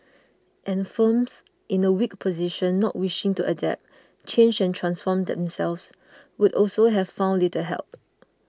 and firms in a weak position not wishing to adapt change and transform themselves would also have found little help